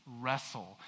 wrestle